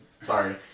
Sorry